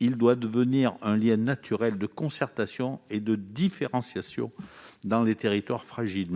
Il doit devenir un lien naturel de concertation et de différenciation dans les territoires fragiles.